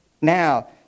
Now